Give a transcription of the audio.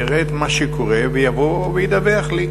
יראה את מה שקורה ויבוא וידווח לי.